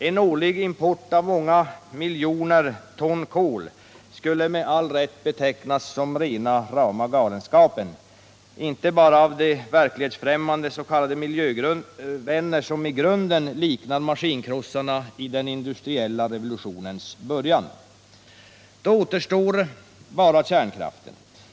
En årlig import av många miljoner ton kol skulle med all rätt betecknas som rena rama galenskapen, inte bara av de verklighetsfrämmande s.k. miljövänner som i grunden liknar maskinkrossarna i den industriella revolutionens början. Då återstår bara kärnkraften.